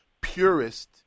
purist